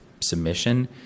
submission